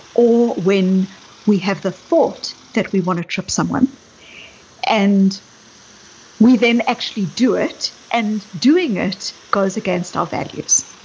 or when we have the thought that we want to trip someone and we then actually do it and doing it goes against our values.